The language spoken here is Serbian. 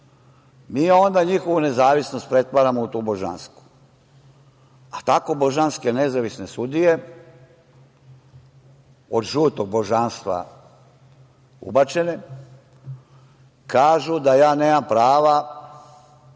Mi onda njihovu nezavisnost pretvaramo u tu božansku, a tako božanske nezavisne sudije, od žutog božanstva ubačene, kažu da nemam prava